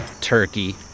turkey